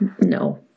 no